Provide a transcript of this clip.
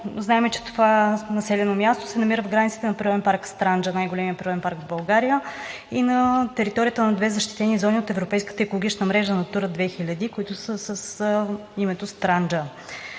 Знаем, че това населено място се намира в границите на Природен парк Странджа – най-големият природен парк в България, и територията на две защитени зони от Европейската екологична мрежа „Натура 2000“, които са с името „Странджа“.